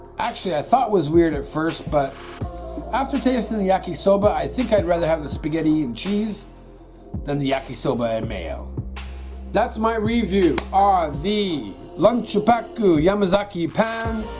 actually, i thought was weird at first but after tasting the yakisoba i think i'd rather have the spaghetti and cheese than the yakisoba and mayo that's my review on the lunch paku yamazaki pan